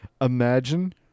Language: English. Imagine